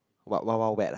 what Wild-Wild-Wet ah